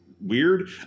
weird